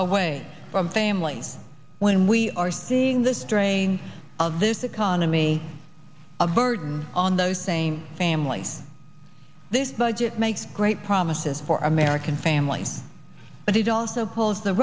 away from families when we are seeing the strains of this economy a burden on those same families this budget makes great promises for american families but it also calls the